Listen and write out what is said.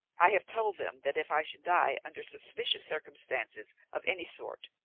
i have told them that if i should die under suspicious circumstances of any sort,